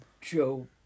Joe